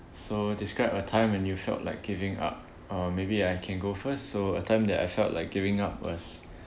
so describe a time when you felt like giving up uh maybe I can go first so a time that I felt like giving up was